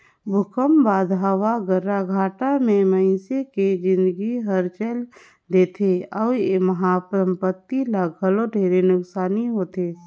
भूकंप बाद हवा गर्राघाटा मे मइनसे के जिनगी हर चल देथे अउ एम्हा संपति ल घलो ढेरे नुकसानी होथे